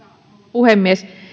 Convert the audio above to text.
puhemies